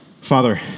Father